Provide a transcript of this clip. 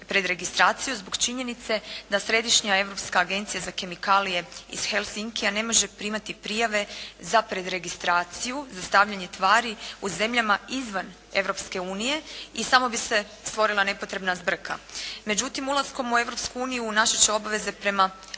pred registraciju zbog činjenice da Središnja europska agencija za kemikalije iz Helsinkija ne može primati prijave za pred registraciju za stavljanje tvari u zemljama izvan Europske unije i samo bi se stvorila nepotrebna zbrka. Međutim, ulaskom u Europsku uniju naše će obaveze prema